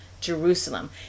Jerusalem